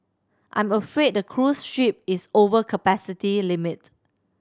I'm afraid the cruise ship is over capacity limit